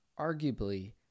arguably